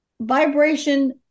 Vibration